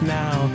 now